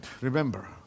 remember